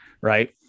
right